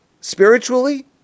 spiritually